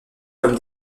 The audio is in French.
comme